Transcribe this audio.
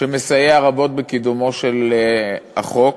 שמסייע רבות בקידומו של החוק,